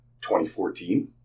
2014